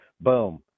boom